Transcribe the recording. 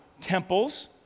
temples